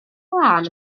lân